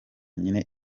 nyine